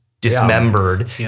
dismembered